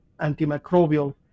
antimicrobial